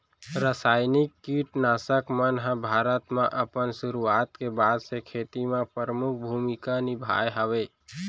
रासायनिक किट नाशक मन हा भारत मा अपन सुरुवात के बाद से खेती मा परमुख भूमिका निभाए हवे